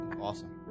Awesome